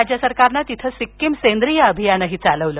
राज्य सरकारनं तिथं सिक्कीम सेंद्रीय अभियानही चालवलं